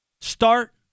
Start